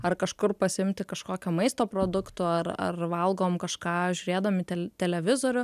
ar kažkur pasiimti kažkokio maisto produktų ar ar valgom kažką žiūrėdami televizorių